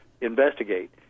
investigate